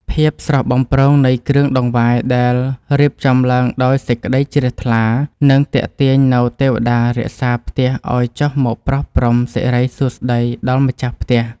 ភាពស្រស់បំព្រងនៃគ្រឿងដង្វាយដែលរៀបចំឡើងដោយសេចក្តីជ្រះថ្លានឹងទាក់ទាញនូវទេវតារក្សាផ្ទះឱ្យចុះមកប្រោះព្រំសិរីសួស្តីដល់ម្ចាស់ផ្ទះ។